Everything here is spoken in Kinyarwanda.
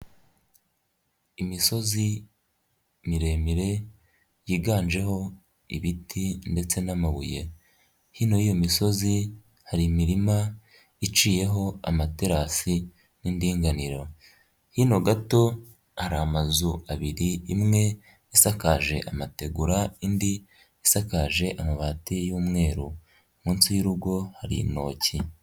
Imisozi miremire yiganjeho ibiti ndetse n'amabuye. Hino y'iyo misozi hari imirima iciyeho amaterasi n'indinganire. Hino gato hari amazu abiri imwe asakaje amategura, indi isakaje amabati y'umweru. Munsi y'urugo hari intoki.